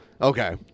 Okay